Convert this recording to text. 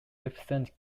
represented